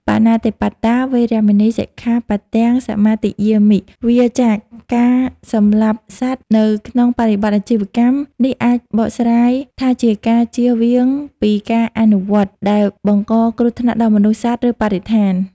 បាណាតិបាតា វេរមណី សិក្ខាបទំ សមាទិយាមិ វៀរចាកការសម្លាប់សត្វ នៅក្នុងបរិបទអាជីវកម្ម នេះអាចបកស្រាយថាជាការជៀសវាងពីការអនុវត្តដែលបង្កគ្រោះថ្នាក់ដល់មនុស្ស សត្វ ឬបរិស្ថាន។